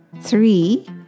Three